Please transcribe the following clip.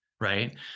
right